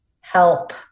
help